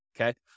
Okay